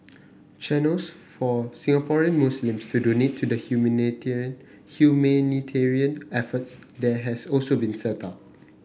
channels for Singaporean Muslims to donate to the humanitarian efforts there has also been set up